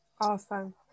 awesome